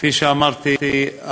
כפי שאמרתי,